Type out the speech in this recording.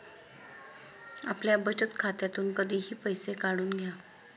आपल्या बचत खात्यातून कधीही पैसे काढून घ्या